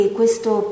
questo